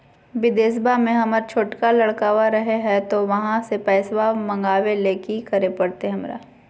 बिदेशवा में हमर छोटका लडकवा रहे हय तो वहाँ से पैसा मगाबे ले कि करे परते हमरा?